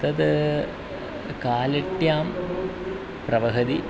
तत् कालट्यां प्रवहति